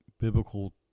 Biblical